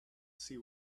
see